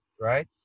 right